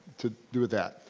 to do that.